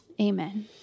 amen